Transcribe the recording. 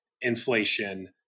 inflation